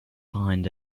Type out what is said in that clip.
behind